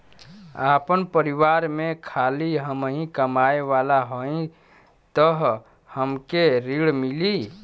आपन परिवार में खाली हमहीं कमाये वाला हई तह हमके ऋण मिली?